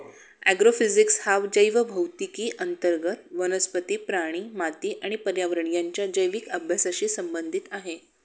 agrophysics हा जैवभौतिकी अंतर्गत वनस्पती, प्राणी, माती आणि पर्यावरण यांच्या जैविक अभ्यासाशी संबंधित आहे